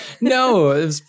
No